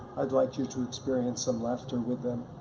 i'd like you to experience some laughter with them.